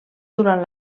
durant